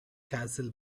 castle